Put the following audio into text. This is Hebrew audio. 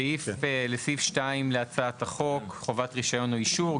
סעיף 2 להצעת החוק חובת רישיון או אישור.